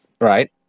Right